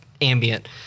ambient